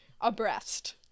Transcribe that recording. abreast